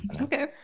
Okay